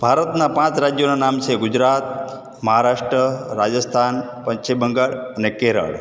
ભારતના પાંચ રાજ્યોનાં નામ છે ગુજરાત મહારાષ્ટ્ર રાજસ્થાન પશ્ચિમ બંગાળ અને કેરળ